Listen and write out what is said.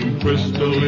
crystal